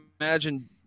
imagine